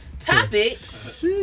topics